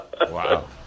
Wow